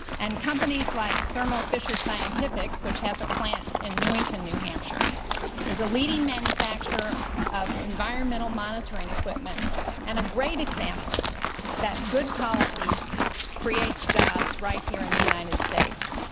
and companies like thermo fisher scientific which has a plant in newington, new hampshire is the leading manufacturer of environmental monitoring commitment and a great example that good policy creates jobs right here in the united states.